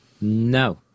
No